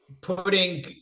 putting –